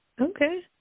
okay